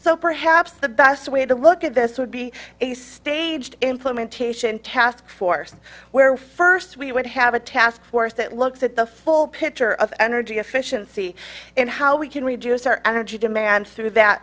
so perhaps the best way to look at this would be a staged implementation task force where first we would have a task force that looks at the full picture of energy efficiency and how we can reduce our energy demand through that